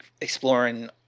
Exploring